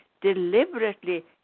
deliberately